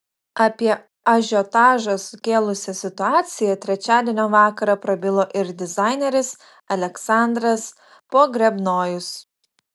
apie ažiotažą sukėlusią situaciją trečiadienio vakarą prabilo ir dizaineris aleksandras pogrebnojus